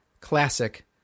classic